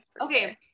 Okay